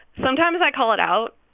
sometimes, i call it out.